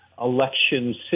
election